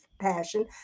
passion